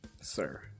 sir